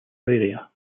area